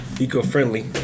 Eco-friendly